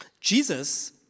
Jesus